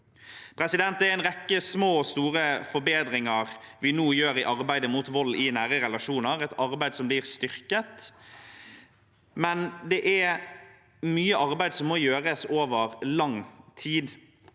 planperioden. Det er en rekke små og store forbedringer vi nå gjør i arbeidet mot vold i nære relasjoner. Arbeidet blir styrket, men det er mye arbeid som må gjøres over lang tid.